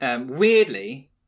Weirdly